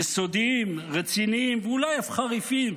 יסודיים, רציניים ואולי אף חריפים.